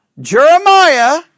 Jeremiah